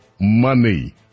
money